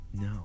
No